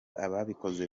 ababikoze